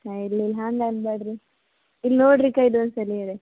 ಹಾಂ ಇಲ್ಲ ಇಲ್ಲ ಹಾಂಗೆ ಅನಬೇಡ್ರಿ ಇಲ್ಲಿ ನೋಡರಿಕ್ಕಾ ಇದೊಂದು ಸರಿ ಹೇಳಿರಿ